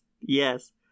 yes